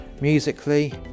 musically